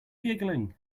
giggling